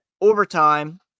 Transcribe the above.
overtime